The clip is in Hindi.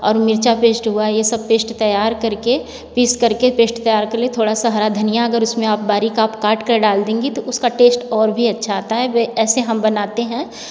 और मिर्चा पेस्ट हुआ ये सब पेस्ट तैयार करके पीस करके पेस्ट तैयार कर ले थोड़ा सा हरा धनिया अगर उसमें आप बारीक आप काट कर डाल देंगे तो उसका टेस्ट और भी अच्छा आता है वह ऐसे हम बनाते हैं